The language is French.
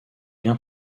bien